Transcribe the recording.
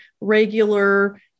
regular